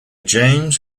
james